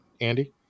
Andy